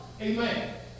Amen